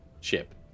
ship